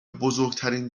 بزرگترین